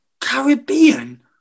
Caribbean